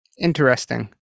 Interesting